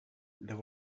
there